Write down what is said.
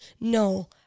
no